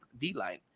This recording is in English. D-line